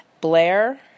Blair